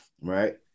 right